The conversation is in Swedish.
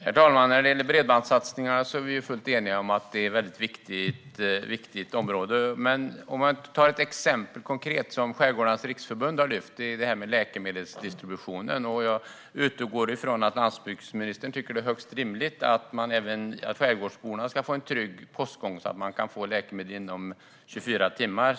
Herr talman! När det gäller bredbandssatsningarna är vi fullt eniga om att det är ett väldigt viktigt område. Låt mig ta ett konkret exempel som Skärgårdarnas riksförbund har lyft upp, nämligen läkemedelsdistribution. Jag utgår från att landsbygdsministern tycker att det är högst rimligt att även skärgårdsborna ska få en trygg postgång så att man kan få läkemedel inom 24 timmar.